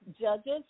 judges